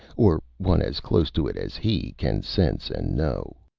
or one as close to it as he, can sense and know.